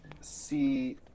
see